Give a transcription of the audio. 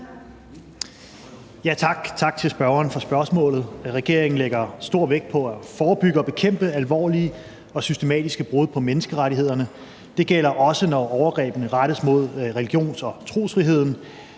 tak til spørgeren for spørgsmålet. Regeringen lægger stor vægt på at forebygge og bekæmpe alvorlige og systematiske brud på menneskerettighederne, og det gælder også, når overgrebene rettes mod religions- og trosfriheden.